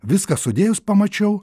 viską sudėjus pamačiau